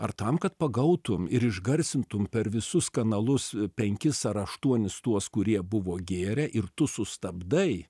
ar tam kad pagautum ir išgarsintum per visus kanalus penkis ar aštuonis tuos kurie buvo gėrę ir tu sustabdai